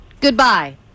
goodbye